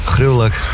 Gruwelijk